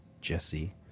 Jesse